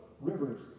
rivers